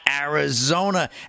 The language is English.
Arizona